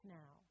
now